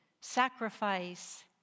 sacrifice